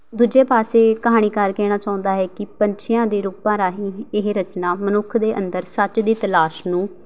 ਦੂਜੇ ਪਾਸੇ ਇਹ ਕਹਾਣੀਕਾਰ ਕਹਿਣਾ ਚਾਹੁੰਦਾ ਹੈ ਕਿ ਪੰਛੀਆਂ ਦੇ ਰੂਪਾਂ ਰਾਹੀਂ ਇਹ ਰਚਨਾ ਮਨੁੱਖ ਦੇ ਅੰਦਰ ਸੱਚ ਦੀ ਤਲਾਸ਼ ਨੂੰ